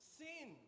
sin